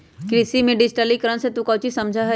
कृषि में डिजिटिकरण से तू काउची समझा हीं?